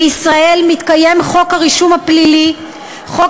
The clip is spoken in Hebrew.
בישראל מתקיים רישום פלילי על-פי חוק,